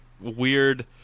weird